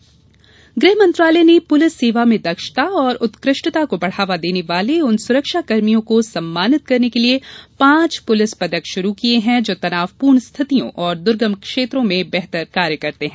police पदक गृह मंत्रालय ने पूलिस सेवा में दक्षता और उत्कृष्टता को बढ़ावा देने वाले उन सुरक्षा कर्मियों को सम्मानित करने के लिए पांच पुलिस पदक शुरू किए हैं जो तनावपूर्ण स्थितियों और दुर्गम क्षेत्रों में बेहतर कार्य करते हैं